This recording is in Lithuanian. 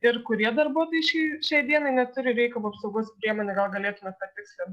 ir kurie darbuotojai šį šiai dienai neturi reikiamų apsaugos priemonių gal galėtumėt patikslint